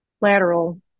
lateral